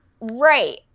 Right